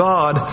God